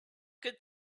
good